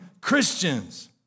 Christians